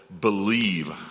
Believe